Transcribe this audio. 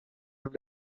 have